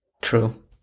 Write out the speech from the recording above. True